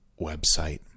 website